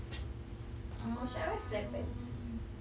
or should I wear flare pants